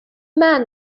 man